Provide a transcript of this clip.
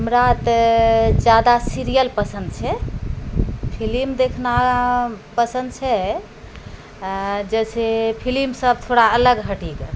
हमरा तऽ ज्यादा सीरिअल पसन्द छै फिलिम देखना पसन्द छै जैसे फिलिम सब थोड़ा अलग हटिकऽ